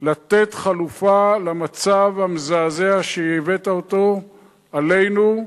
לתת חלופה למצב המזעזע שהבאת עלינו,